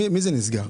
מי זה נסגר?